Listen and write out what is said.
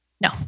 No